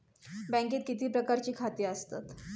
बँकेत किती प्रकारची खाती असतत?